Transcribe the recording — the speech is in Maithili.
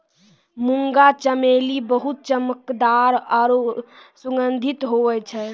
मुंगा चमेली बहुत चमकदार आरु सुगंधित हुवै छै